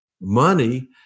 money